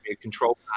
control